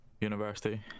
university